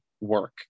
work